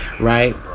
right